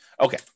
Okay